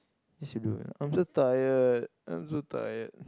yes you do eh I'm just tired I'm so tired